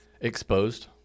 exposed